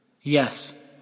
Yes